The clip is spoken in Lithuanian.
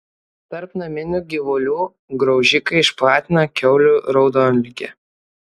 tarp naminių gyvulių graužikai išplatina kiaulių raudonligę